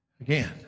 Again